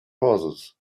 horses